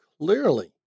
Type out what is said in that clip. clearly